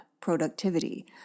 productivity